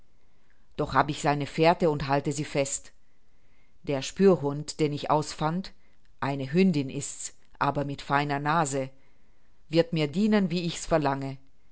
doch hab ich seine fährte und halte sie fest der spürhund den ich ausfand eine hündin ist's aber mit feiner nase wird mir dienen wie ich's verlange